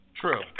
True